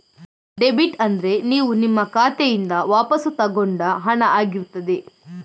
debit ಅಂದ್ರೆ ನೀವು ನಿಮ್ಮ ಖಾತೆಯಿಂದ ವಾಪಸ್ಸು ತಗೊಂಡ ಹಣ ಆಗಿರ್ತದೆ